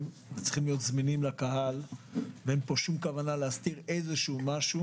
ולהיות זמינים לקהל ואין פה שום כוונה להסתיר משהו.